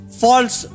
false